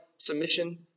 Submission